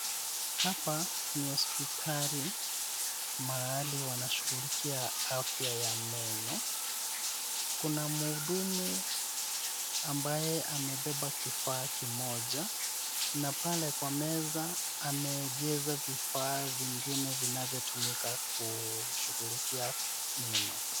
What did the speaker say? Hapa ni hospitali mahali wanashughulikia afya ya meno. Kuna mhudumu ambaye amebeba kifaa kimoja na pale kwa meza ameegeza vifaa vingine vinavyotumika kushughulikia meno.